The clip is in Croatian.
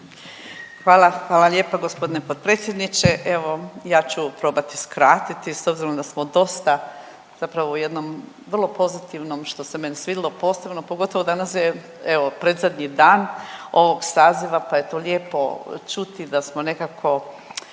Hvala. Hvala lijepa gospodine potpredsjedniče. Evo ja ću probati skratiti s obzirom da smo dosta zapravo u jednom pozitivnom, što se meni svidjelo, posebno pogotovo danas evo predzadnji dan ovog saziva pa je to lijepo čuti da smo nekako